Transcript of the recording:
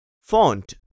Font